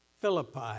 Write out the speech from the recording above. Philippi